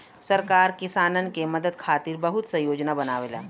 सरकार किसानन के मदद खातिर बहुत सा योजना बनावेला